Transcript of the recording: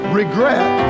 regret